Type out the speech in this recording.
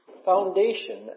foundation